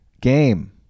Game